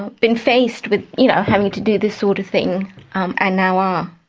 been faced with you know having to do this sort of thing and now are.